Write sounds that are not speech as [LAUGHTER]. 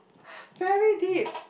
[BREATH] very deep